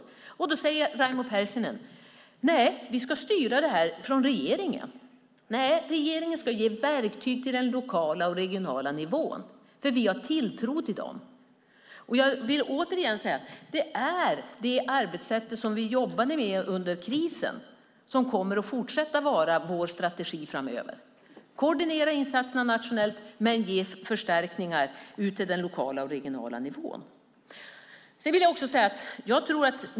Raimo Pärssinen säger att vi ska styra det här från regeringen. Nej, regeringen ska ge verktyg till den lokala och regionala nivån, för vi har tilltro till dem. Jag vill återigen säga att det arbetssätt som vi jobbade med under krisen kommer att fortsätta att vara vår strategi framöver, att koordinera insatserna nationellt men ge förstärkningar ut till den lokala och regionala nivån.